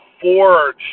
forge